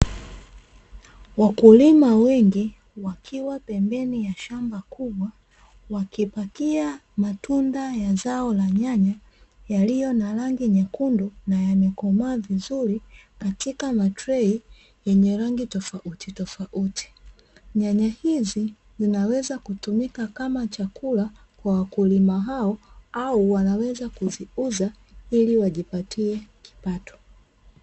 Wakulima wengi wakiwa pembeni ya shamba kubwa wakipakia matunda ya zao la nyanya yaliyo na rangi nyekundu na yamekomaa vizuri katika matrei yenye rangi tofauti tofauti, nyanya hizi zinaweza kutumika kama chakula kwa wakulima hao au wanaweza kuziuza ili wajipatie kipato.